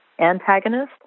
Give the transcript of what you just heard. antagonist